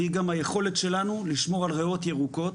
והיא גם היכולת שלנו לשמור על ריאות ירוקות,